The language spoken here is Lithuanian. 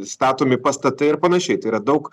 statomi pastatai ir panašiai tai yra daug